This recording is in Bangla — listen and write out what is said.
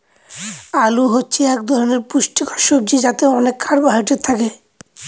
আলু হচ্ছে এক ধরনের পুষ্টিকর সবজি যাতে অনেক কার্বহাইড্রেট থাকে